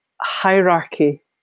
hierarchy